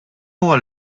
huwa